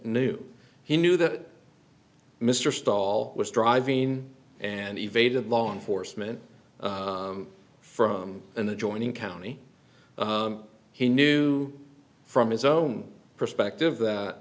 knew he knew that mr stall was driving and evaded law enforcement from an adjoining county he knew from his own perspective that